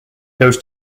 goes